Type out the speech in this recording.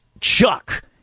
Chuck